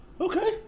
okay